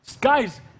Guys